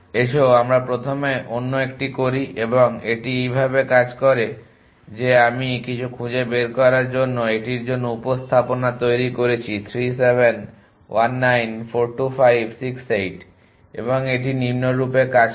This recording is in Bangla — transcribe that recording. এসো আমরা প্রথমে অন্য একটি করি এবং এটি এইভাবে কাজ করে যে আমি কিছু খুঁজে বের করার জন্য এটির জন্য উপস্থাপনা তৈরি করেছি 3 7 1 9 4 2 5 6 8 এবং এটি নিম্নরূপ কাজ করে